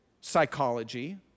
psychology